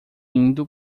indo